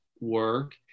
work